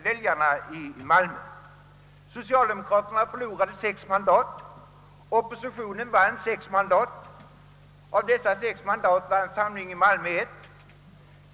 Vad som sagts bör dock föras vidare till väljarna i Malmö.